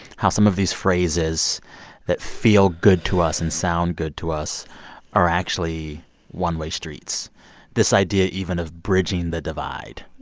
how some of these phrases that feel good to us and sound good to us are actually one-way streets this idea, even, of bridging the divide,